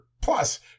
plus